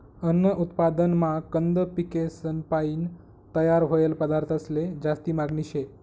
अन्न उत्पादनमा कंद पिकेसपायीन तयार व्हयेल पदार्थंसले जास्ती मागनी शे